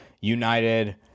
United